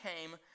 came